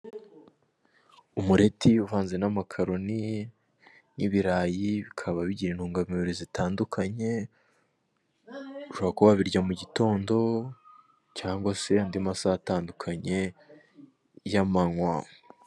Umureti uvanze n'amakaroni n'ibirayi bikaba bigira intunga mubiri zitandukanye, ushobora kuba wabirya mu gitondo cyangwa se andi masaha atandukanye ya manywa.